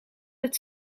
het